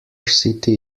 city